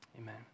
amen